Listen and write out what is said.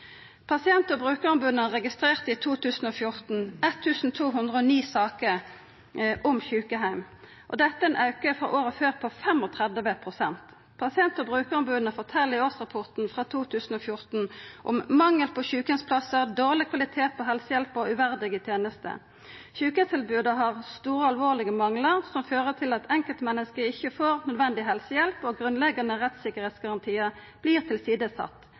Pasient- og brukaromboda registrerte i 2014 1 209 saker om sjukeheimar. Dette er ein auke frå året før på 35 pst. Pasient- og brukaromboda fortel i årsrapporten for 2014 om mangel på sjukeheimsplassar, dårleg kvalitet på helsehjelpa og uverdige tenester. Sjukeheimstilbodet har store og alvorlege manglar som fører til at enkeltmenneske ikkje får nødvendig helsehjelp, og